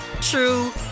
true